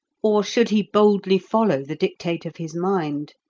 or should he boldly follow the dictate of his mind?